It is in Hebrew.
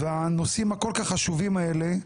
והנושאים הכול כך חשובים האלה,